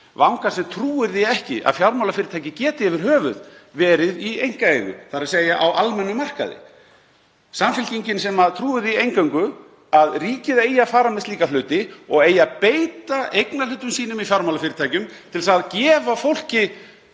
vangann sem trúir því ekki að fjármálafyrirtæki geti yfir höfuð verið í einkaeigu, þ.e. á almennum markaði, Samfylkingin sem trúir því eingöngu að ríkið eigi að fara með slíka hluti og eigi að beita eignarhlutum sínum í fjármálafyrirtækjum til að gefa fólki